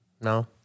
No